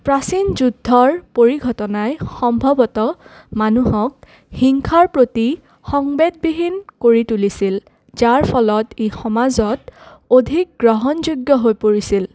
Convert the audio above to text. প্ৰাচীন যুদ্ধৰ পৰিঘটনাই সম্ভৱতঃ মানুহক হিংসাৰ প্ৰতি সংবেদবিহীন কৰি তুলিছিল যাৰ ফলত ই সমাজত অধিক গ্ৰহণযোগ্য হৈ পৰিছিল